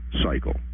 cycle